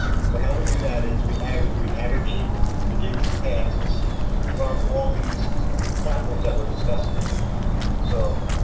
so how we do that is, we and we and aggregate the gigs and tasks from all these platforms that we're discussing here so,